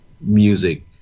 music